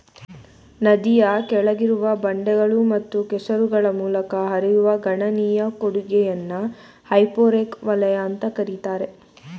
ನದಿಯ ಕೆಳಗಿರುವ ಬಂಡೆಗಳು ಮತ್ತು ಕೆಸರುಗಳ ಮೂಲಕ ಹರಿಯುವ ಗಣನೀಯ ಕೊಡುಗೆಯನ್ನ ಹೈಪೋರೆಕ್ ವಲಯ ಅಂತ ಕರೀತಾರೆ